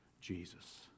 Jesus